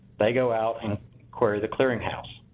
they go out and query the clearinghouse.